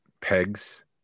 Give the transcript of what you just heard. pegs